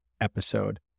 episode